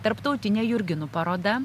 tarptautinė jurginų paroda